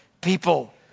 people